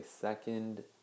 second